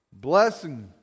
blessing